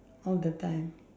all the time